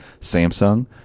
Samsung